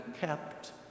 kept